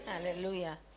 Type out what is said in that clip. Hallelujah